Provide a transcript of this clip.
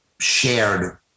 shared